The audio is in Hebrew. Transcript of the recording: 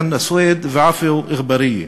חנא סוייד ועפו אגבאריה.